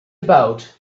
about